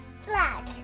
Flag